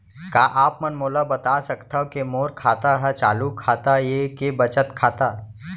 का आप मन मोला बता सकथव के मोर खाता ह चालू खाता ये के बचत खाता?